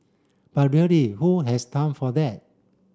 but really who has time for that